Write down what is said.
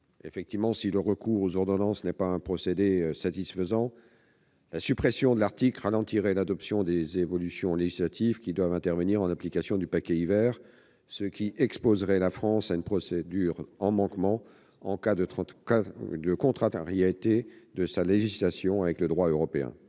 commission ? Si le recours aux ordonnances n'est effectivement pas un procédé satisfaisant, la suppression de l'article ralentirait l'adoption des évolutions législatives qui doivent intervenir en application du paquet d'hiver, ce qui exposerait la France à une procédure en manquement, en cas de contrariété de sa législation avec le droit européen.